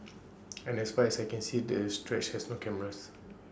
and as far as I can see this stretch has no cameras